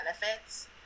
benefits